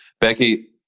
Becky